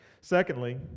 Secondly